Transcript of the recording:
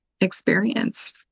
experience